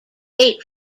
date